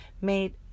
made